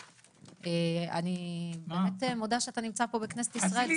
אני באמת מודה שאתה נמצא פה בכנסת ישראל,